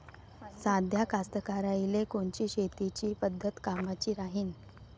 साध्या कास्तकाराइले कोनची शेतीची पद्धत कामाची राहीन?